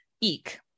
eek